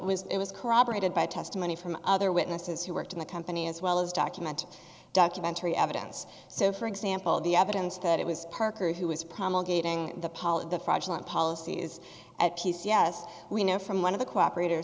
was it was corroborated by testimony from other witnesses who worked in the company as well as document documentary evidence so for example the evidence that it was parker who is promulgating the polit the fraudulent policy is at peace yes we know from one of the cooperat